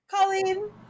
Colleen